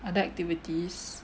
other activities